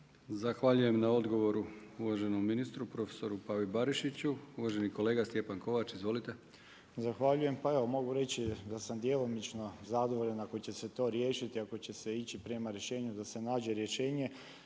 Zahvaljujem na odgovoru uvaženom ministru profesoru Pavi Barišiću. Uvaženi kolega Stjepan Kovač, izvolite. **Kovač, Stjepan (SDP)** Zahvaljujem. Pa evo mogu reći da sam djelimično zadovoljan ako će se to riješiti, ako će se ići prema rješenju da se nađe rješenje.